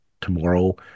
tomorrow